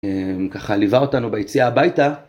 ככה ליווה אותנו ביציאה הביתה.